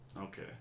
okay